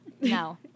No